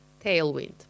Tailwind